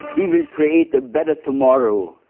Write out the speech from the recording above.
we will create a better tomorrow.